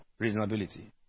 reasonability